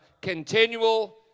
continual